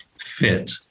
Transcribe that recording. fit